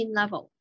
level